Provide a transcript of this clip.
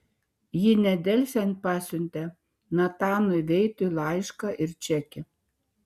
ji nedelsiant pasiuntė natanui veitui laišką ir čekį